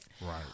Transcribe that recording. Right